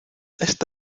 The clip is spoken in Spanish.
esta